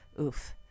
Oof